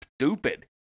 stupid